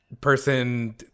person